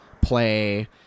play